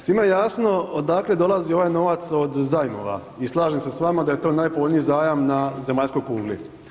Svima je jasno odakle dolazi ovaj novac od zajmova i slažem se s vama da je to najpovoljniji zajam na zemaljskoj kugli.